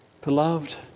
Beloved